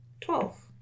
Twelve